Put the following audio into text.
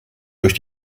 durch